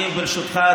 אני ברשותך,